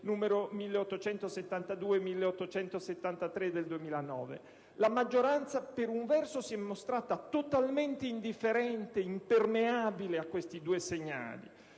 nn. 1872 e 1873 del 2009). La maggioranza per un verso si è mostrata totalmente indifferente, impermeabile a questi due segnali;